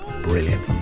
brilliant